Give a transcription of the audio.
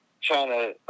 China